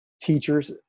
teachers